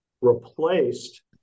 replaced